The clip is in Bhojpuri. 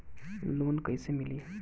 लोन कइसे मिली?